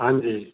ਹਾਂਜੀ